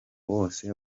wose